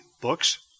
books